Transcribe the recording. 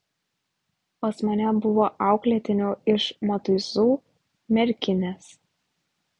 pas mane buvo auklėtinių iš matuizų merkinės